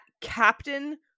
captain